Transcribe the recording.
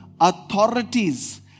authorities